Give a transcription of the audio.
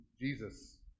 Jesus